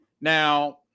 Now